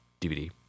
DVD